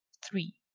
three.